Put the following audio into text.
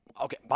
okay